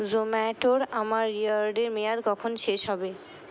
জোম্যাটোর আমার ইয়ার্ডের মেয়াদ কখন শেষ হবে